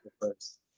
first